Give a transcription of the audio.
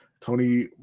Tony